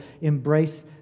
embrace